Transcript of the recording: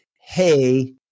hey